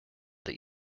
that